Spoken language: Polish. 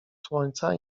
słońca